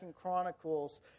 Chronicles